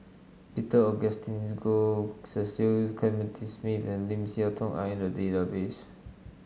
Peter Augustine Goh Cecil Clementi Smith and Lim Siah Tong are in the database